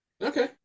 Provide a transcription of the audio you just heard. Okay